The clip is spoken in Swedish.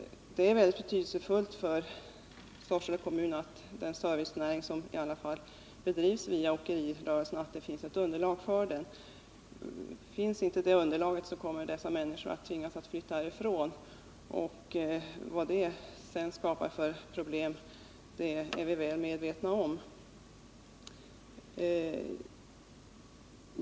Det är mycket betydelsefullt för Sorsele kommun att det finns underlag för den servicenäring som åkerirörelsen utgör. Finns inte det underlaget kommer människor att tvingas flytta från orten, och vad det skapar för problem är vi väl medvetna om.